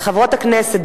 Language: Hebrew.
חברות הכנסת,